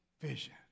vision